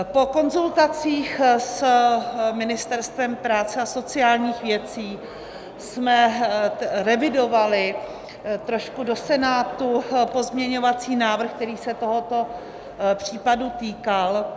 Po konzultacích s Ministerstvem práce a sociálních věcí jsme revidovali trošku do Senátu pozměňovací návrh, který se tohoto případu týkal.